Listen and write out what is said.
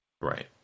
Right